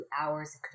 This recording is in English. hours